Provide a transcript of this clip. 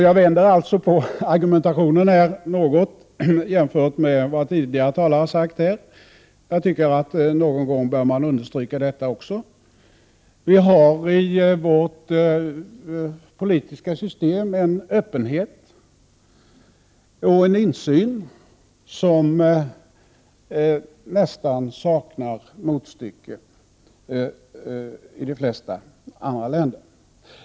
Jag vänder på argumentationen något jämfört med vad tidigare talare har sagt här. Jag tycker att någon gång bör man understryka även detta. Vi har i vårt politiska system en öppenhet och en insyn som nästan saknar motstycke i de flesta andra länder.